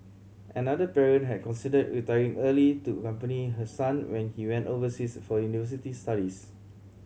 another parent had considered retiring early to accompany her son when he went overseas for university studies